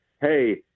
hey